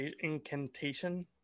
Incantation